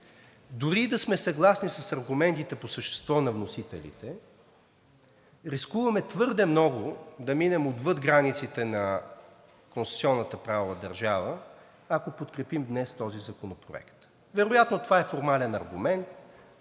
дори и да сме съгласни с аргументите по същество на вносителите, рискуваме твърде много да минем отвъд границите на конституционната правова държава, ако подкрепим днес този законопроект. Вероятно това е формален аргумент.